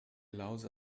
allows